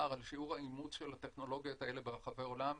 על שיעור האימוץ של הטכנולוגיות האלה ברחבי העולם,